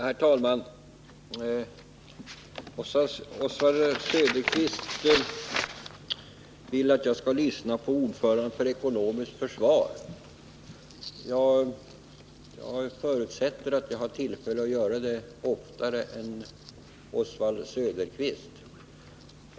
Herr talman! Oswald Söderqvist vill att jag skall lyssna på generaldirektören i överstyrelsen för ekonomiskt försvar. Jag förutsätter att jag har tillfälle att göra det oftare än Oswald Söderqvist.